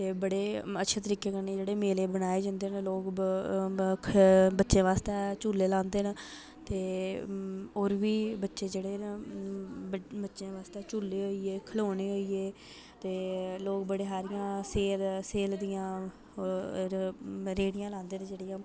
ते बड़े अच्छे तरीके कन्नै जेह्ड़े मेले बनाए जंदे न लोग बच्चें बास्तै झूले लांदे न ते होर बी बच्चे जेह्ड़े न बच्चें बास्तै झूले होई गे खलौने होई गे ते लोग बड़ी सारियां सेल सेल दियां फिर रेह्ड़ियां लांदे न जेह्ड़ियां